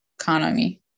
economy